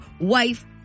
wife